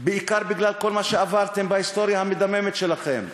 בעיקר בגלל כל מה שעברתם בהיסטוריה המדממת שלכם,